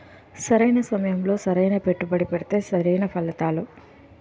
సరైన సమయంలో సరైన పెట్టుబడి పెడితే సరైన ఫలితాలు